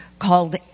called